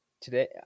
today